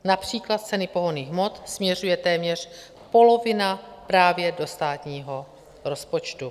Například u ceny pohonných hmot směřuje téměř polovina právě do státního rozpočtu.